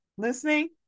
Listening